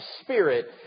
spirit